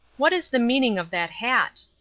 what is the meaning of that hat?